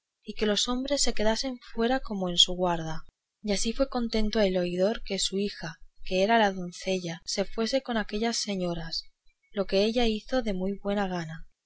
y que los hombres se quedasen fuera como en su guarda y así fue contento el oidor que su hija que era la doncella se fuese con aquellas señoras lo que ella hizo de muy buena gana